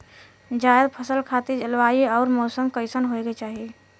जायद फसल खातिर जलवायु अउर मौसम कइसन होवे के चाही?